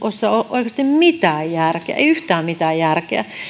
oikeasti mitään järkeä ei yhtään mitään järkeä